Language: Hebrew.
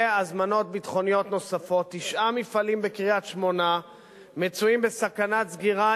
והזמנות ביטחוניות נוספות תשעה מפעלים בקריית-שמונה נמצאים בסכנת סגירה,